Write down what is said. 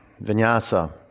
vinyasa